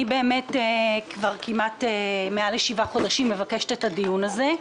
אני באמת כבר כמעט מעל לשבעה חודשים מבקשת את הדיון הזה.